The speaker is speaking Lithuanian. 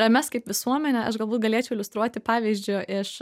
mes kaip visuomenė aš galbūt galėčiau iliustruoti pavyzdžiu iš